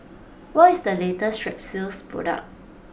what is the latest Strepsils product